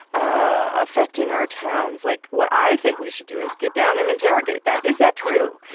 affecting our towns, like, what i think we should do is get down and interrogate that. is that true? yeah